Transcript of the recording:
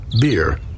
Beer